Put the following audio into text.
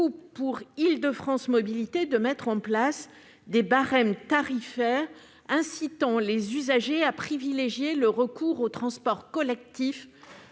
et Île-de-France Mobilités de mettre en place des barèmes tarifaires incitant les usagers à privilégier le recours aux transports collectifs